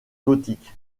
gothique